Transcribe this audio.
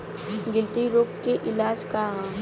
गिल्टी रोग के इलाज का ह?